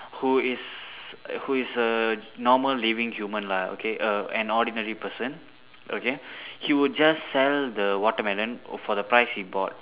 who is who is a normal living human lah okay a an ordinary person okay he will just sell the watermelon for the price he bought